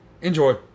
enjoy